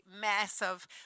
massive